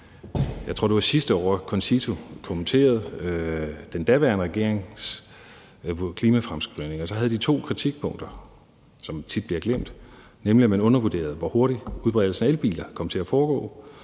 år, tror jeg det var, kommenterede CONCITO den daværende regerings klimafremskrivninger, og de havde to kritikpunkter, som tit bliver glemt, nemlig at man undervurderede, hvor hurtigt udbredelsen af elbiler kom til at foregå,